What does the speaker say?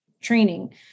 training